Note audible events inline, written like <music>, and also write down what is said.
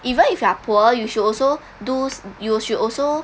even if you are poor you should also <breath> do s~ you should also